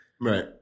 Right